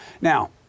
Now